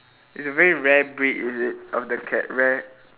it's a very rare breed is it of the cat rare